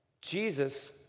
Jesus